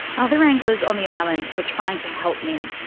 other anglers on the island were trying to help minh.